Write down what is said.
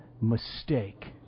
mistake